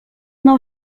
nou